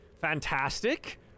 Fantastic